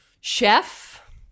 Chef